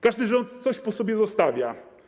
Każdy rząd coś po sobie zostawia.